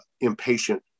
impatient